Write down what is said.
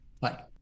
Bye